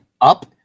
up